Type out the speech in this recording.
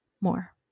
more